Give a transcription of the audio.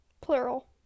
Plural